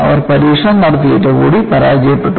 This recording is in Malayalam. അവർ പരീക്ഷണം നടത്തിയിട്ട് കൂടി പരാജയപ്പെട്ടു